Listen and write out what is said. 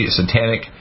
satanic